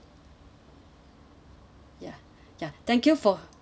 ya ya thank you for